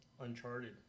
Uncharted